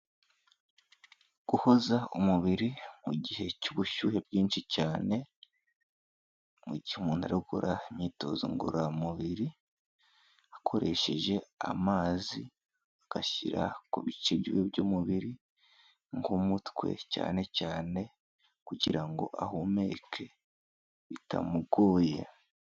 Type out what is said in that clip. Guhoza umubiri mu gihe cy'ubushyuhe bwinshi cyane, mu gihe umuntu ari gukora imyitozo ngororamubiri, akoresheje amazi agashyira ku bice by'umubiri nk'umutwe cyane cyane, kugirango ngo ahumeke bitamugoye.